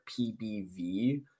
PBV